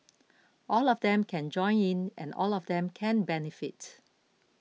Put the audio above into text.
all of them can join in and all of them can benefit